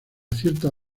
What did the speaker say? ciertas